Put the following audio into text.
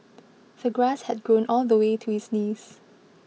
the grass had grown all the way to his knees